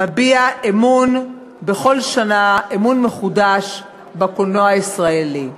מביע בכל שנה אמון מחודש בקולנוע הישראלי,